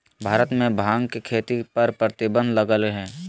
भारत में भांग के खेती पर प्रतिबंध लगल हइ